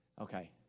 Okay